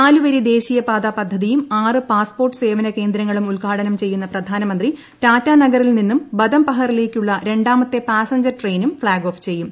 നാലുവരി ദേശീയപാത പദ്ധതിയും ആറ് പാസ്പോർട്ട് സ്സ്വീന്റകേന്ദ്രങ്ങളും ഉദ്ഘാടനം ചെയ്യുന്ന പ്രധാനമന്ത്രി ടാറ്റാ നഗറിൽ സിന്നും ബദംപഹറിലേക്കുള്ള രണ്ടാമത്തെ പാസ്സഞ്ചർ ട്രെയിനും ഫ്ളൌഗ്ഓഫ് ചെയ്യും